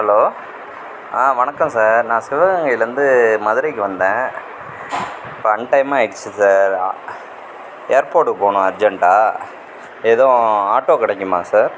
hello வணக்கம் sir நான் சிவகங்கையிலேருந்து மதுரைக்கு வந்தேன் இப்போ அன்டைமாயிடுத்து சார் ஏர்போர்ட்டுக்கு போகணும் அர்ஜென்டாக எதுவும் ஆட்டோ கிடைக்குமா சார்